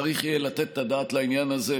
צריך יהיה לתת את הדעת לעניין הזה.